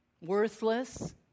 Worthless